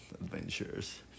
Adventures